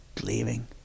leaving